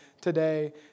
today